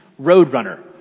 Roadrunner